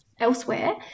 elsewhere